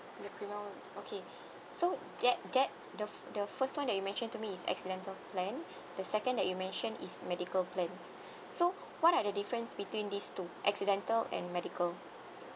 the premium okay so that that the f~ the first one that you mentioned to me is accidental plan the second that you mentioned is medical plans so what are the difference between these two accidental and medical